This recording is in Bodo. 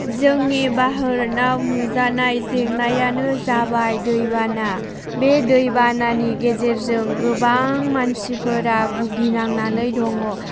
जोंनि भारताव नुजानाय जेंनायानो जाबाय दैबाना बे दैबानानि गेजेरजों गोबां मानसिफोरा बुगिनांनानै दङ